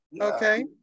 Okay